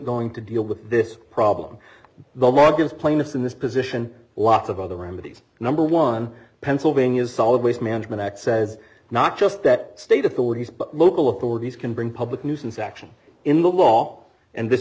going to deal with this problem the moghuls plaintiffs in this position lots of other remedies number one pennsylvania's solid waste management act says not just that state authorities but local authorities can bring public nuisance action in the law and this